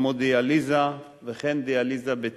המודיאליזה, וכן דיאליזה ביתית.